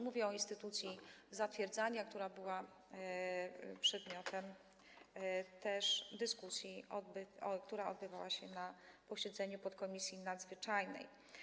Mówię o instytucji zatwierdzania, która też była przedmiotem dyskusji, która odbywała się na posiedzeniu podkomisji nadzwyczajnej.